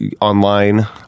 online